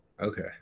Okay